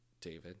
david